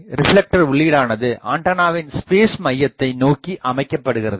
reflector உள்ளீடானது ஆண்டனாவின் space மையத்தை நோக்கி அமைக்கப்படுகிறது